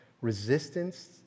resistance